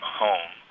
home